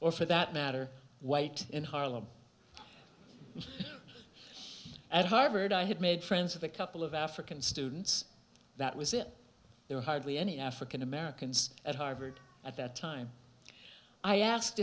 or for that matter white in harlem at harvard i had made friends with a couple of african students that was it there were hardly any african americans at harvard at that time i asked